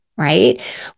Right